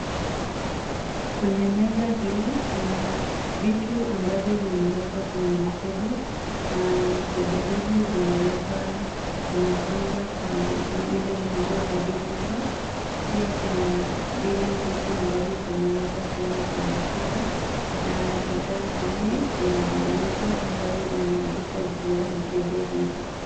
Kwenye meza hili kuna vitu ambavyo vimewekwa kwenye mkebe, na mkebe hizi zimewekwa, zimepangwa kwanzia ile ndogo hadi kubwa, pia kuna vile vitu ambavyo vimewekwa tena kwenye chupa, na bidhaa hizi kuna maelezo ambayo imeandikwa juu ya mkebe hizo.